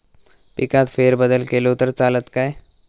पिकात फेरबदल केलो तर चालत काय?